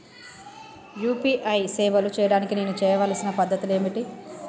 UPI సేవలు చేయడానికి నేను చేయవలసిన పద్ధతులు ఏమిటి?